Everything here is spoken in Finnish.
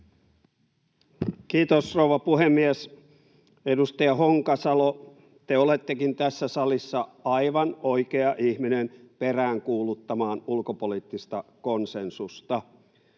Kiitos, rouva puhemies! Edustaja Honkasalo, te olettekin tässä salissa aivan oikea ihminen peräänkuuluttamaan ulkopoliittista konsensusta.